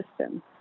system